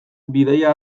bidaia